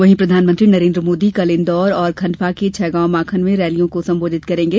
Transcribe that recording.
वहीं प्रधानमंत्री नरेन्द्र मोदी कल इन्दौर और खंडवा के छैगॉवमाखन में रैलियों को संबोधित करेंगे